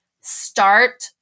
Start